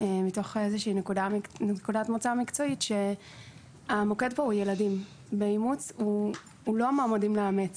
מתוך איזושהי נקודת מוצא מקצועית שהמוקד באימוץ הוא לא המועמדים לאמץ,